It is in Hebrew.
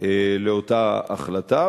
לאותה החלטה,